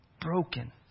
broken